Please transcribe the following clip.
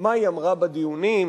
מה היא אמרה בדיונים,